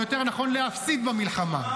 או יותר נכון, להפסיד במלחמה.